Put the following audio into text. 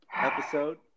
episode